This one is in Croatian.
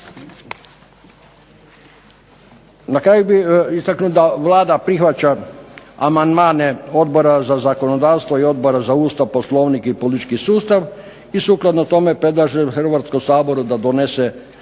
Na kraju bih istaknuo da Vlada prihvaća amandmane Odbora za zakonodavstvo i Odbora za Ustav, POslovnik i politički sustav i sukladno tome predlažem Hrvatskom saboru da donese